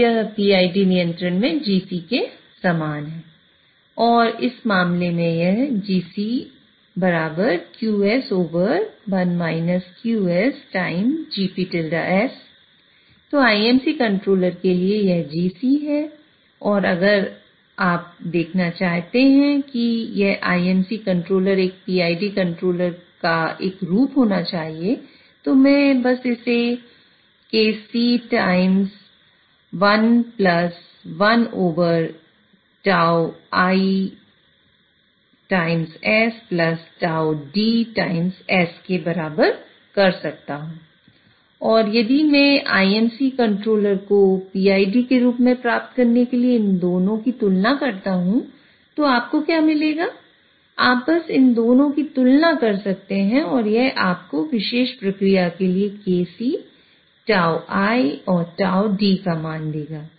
तो IMC controller के लिए यह Gc है और अगर आप को देखना चाहते हैं कि यह IMC कंट्रोलर एक PID कंट्रोलर का एक रूप होना चाहिए तो मैं बस इसे Kc के बराबर कर सकता हूं और यदि मैं IMC कंट्रोलर को PID के रूप में प्राप्त करने के लिए इन दोनों की तुलना करता हूं तो आपको क्या मिलेगा आप बस इन दोनों की तुलना कर सकते हैं और यह आपको विशेष प्रक्रिया के लिए Kc τI and τD का मान देगा